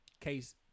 Case